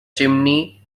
chimney